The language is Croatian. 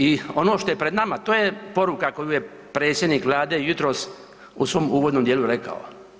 I ono što je pred nama to je poruka koju je predsjednik vlade jutros u svom uvodnom dijelu rekao.